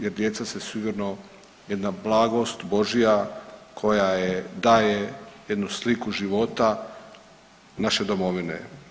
Jer djeca su sigurno jedna blagost božja koja je daje jednu sliku života naše domovine.